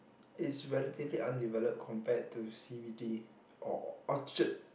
is relatively undeveloped compared to C_B_D or Orchard